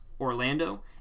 Orlando